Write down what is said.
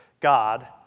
God